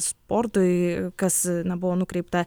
sportui kas na buvo nukreipta